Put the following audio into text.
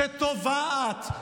שטובעת,